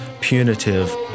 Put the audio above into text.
punitive